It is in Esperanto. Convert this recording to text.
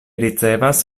ricevas